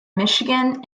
michigan